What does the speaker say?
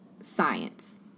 science